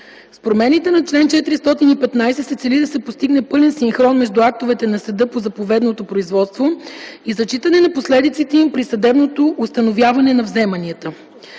С промените на чл. 415 се цели да се постигне пълен синхрон между актовете на съда по заповедното производство и зачитането на последиците им при съдебното установяване на вземанията,